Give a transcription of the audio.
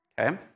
okay